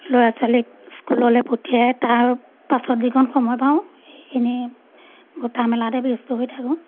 ল'ৰা ছোৱালীক স্কুললৈ পঠিয়াই তাৰ পাছত যিকণ সময় পাওঁ সেইখিনি গোঁঠা মেলাতে ব্যস্ত হৈ থাকোঁ